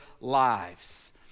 lives